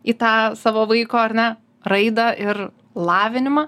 į tą savo vaiko ar ne raidą ir lavinimą